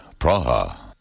Praha